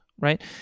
right